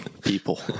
people